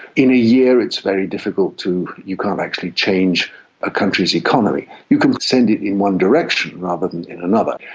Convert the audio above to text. in a year it's very difficult to, you can't actually change a country's economy. you can send it in one direction rather than in another,